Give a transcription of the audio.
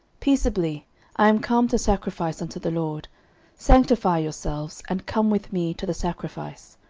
peaceably i am come to sacrifice unto the lord sanctify yourselves, and come with me to the sacrifice.